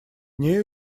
нею